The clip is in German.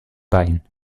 bein